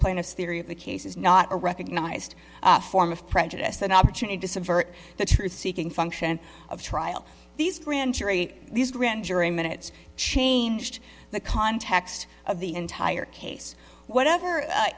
plaintiff's theory of the case is not a recognized form of prejudice an opportunity to subvert the truth seeking function of trial these grand jury these grand jury minutes changed the context of the entire case whatever